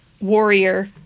warrior